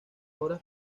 horas